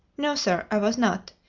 no, sir i was not.